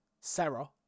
Sarah